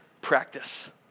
practice